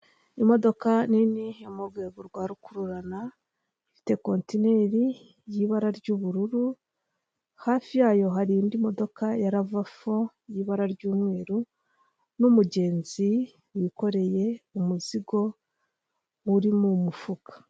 Imodoka nini yo mu rwego rwa rukururana ifite kontineri y'ibara ry'ubururu hafi yayo hari indi modoka ya rava fo y'ibara ry'umweru n'umugenzi wikoreye umuzigo uri mu mufuka.